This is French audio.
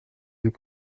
deux